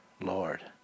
Lord